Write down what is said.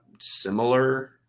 similar